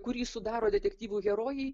kurį sudaro detektyvų herojai